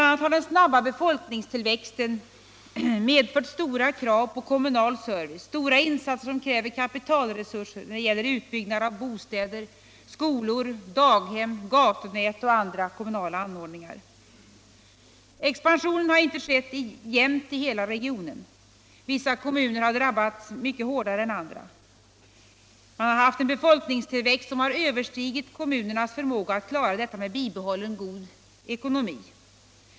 a. har den snabba befolkningstillväxten medfört stora krav på kommunal service, stora insatser som kräver kapitalresurser när det gäller byggande av bostäder, skolor, daghem. gatunät och andra kommunala anordningar. Expansionen har inte skett jimnt i hela regionen. Vissa: kommuner har drabbats mycket hårdare än andra. Man har haft en befolkningstillväxt som har överstigit kommunernas förmåga att klara detta med bibehållen god ekonomi.